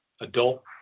adult